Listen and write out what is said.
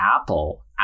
Apple